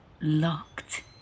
locked